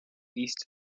east